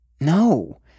No